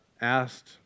asked